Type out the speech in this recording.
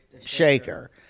Shaker